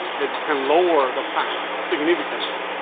it can lower the price significantly,